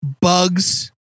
bugs